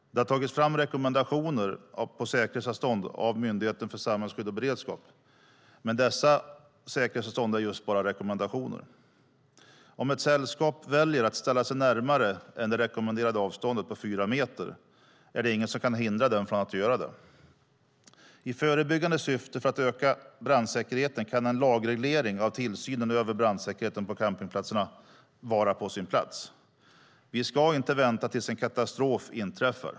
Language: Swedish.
Det har tagits fram rekommendationer på säkerhetsavstånd av Myndigheten för samhällsskydd och beredskap, men dessa säkerhetsavstånd är just bara rekommendationer. Om ett sällskap väljer att ställa sig närmare än det rekommenderade avståndet på fyra meter är det ingen som kan hindra dem från att göra det. För att öka brandsäkerheten i förebyggande syfte kan en lagreglering av tillsynen över brandsäkerheten på campingplatserna vara på sin plats. Vi ska inte vänta tills en katastrof inträffar.